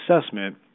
assessment